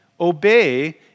obey